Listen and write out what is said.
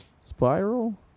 spiral